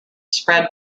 spread